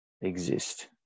exist